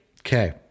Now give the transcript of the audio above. Okay